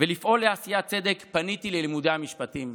ולפעול לעשיית צדק, פניתי ללימודי משפטים,